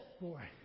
Boy